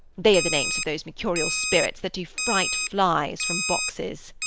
they are the names of those mercurial spirits, that do fright flies from boxes.